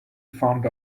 found